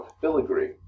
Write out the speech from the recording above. filigree